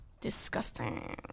Disgusting